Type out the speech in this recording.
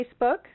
Facebook